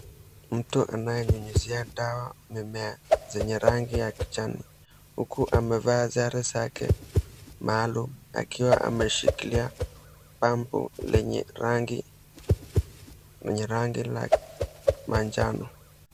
Mtu anayenyunyuzia dawa mimea zenye rangi ya kijani huku amevaa sare zake maalum akiwa ameshikilia pump lenye rangi la manjano.